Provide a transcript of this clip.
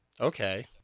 Okay